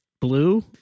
blue